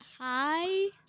Hi